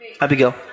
Abigail